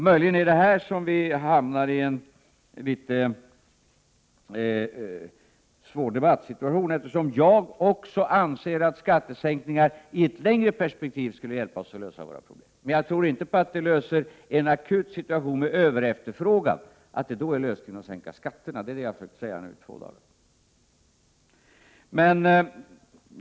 Möjligen är det här som vi hamnar i en litet svår debattsituation. Jag anser juatt skattesänkningar i det längre perspektivet skulle hjälpa oss att lösa våra problem, men jag tror inte att det i en akut situation med en överefterfrågan är någon lösning att sänka skatterna — och det är vad jag har försökt säga nu i två dagar.